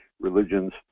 religions